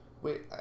Wait